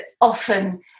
often